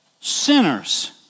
sinners